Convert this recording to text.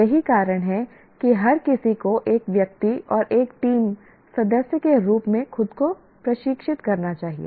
यही कारण है कि हर किसी को एक व्यक्ति और एक टीम सदस्य के रूप में खुद को प्रशिक्षित करना चाहिए